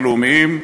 הלאומיים,